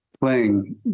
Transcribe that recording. playing